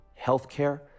healthcare